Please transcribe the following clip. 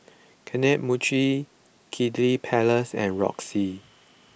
Kane Mochi Kiddy Palace and Roxy